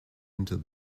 into